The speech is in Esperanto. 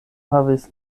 havis